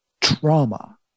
trauma